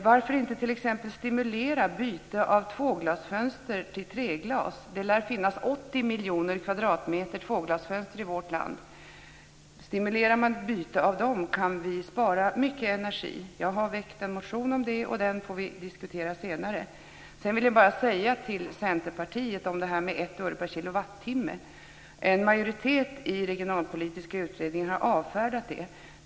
Varför inte t.ex. stimulera byte av tvåglasfönster till treglasfönster? Det lär finnas 80 miljoner kvadratmeter tvåglasfönster i vårt land. Stimulerar man ett byte av dem kan vi spara mycket energi. Jag har väckt en motion om det, och den får vi diskutera senare. Sedan vill jag bara säga till Centerpartiet om detta med 1 öre per kilowattimme att en majoritet i den regionalpolitiska utredningen har avfärdat det.